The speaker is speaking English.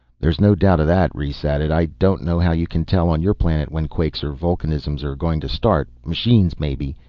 there's no doubt of that, rhes added. i don't know how you can tell on your planet when quakes or vulcanism are going to start, machines maybe.